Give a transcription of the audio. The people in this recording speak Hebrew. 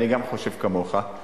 וגם אני חושב כמוך.